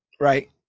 Right